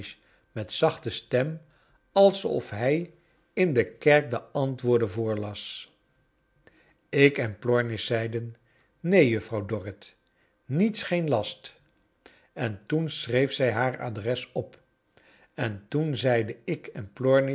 met zachte stem alsof hij in de kerk de antwoorden voorlas ik en plornish zeiden neert juffrouw dorrit niets geen last en toen schreef zij haar adres op en toen zeiden ik